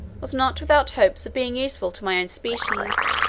was not without hopes of being useful to my own species,